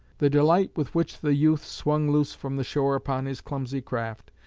the delight with which the youth swung loose from the shore upon his clumsy craft,